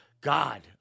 God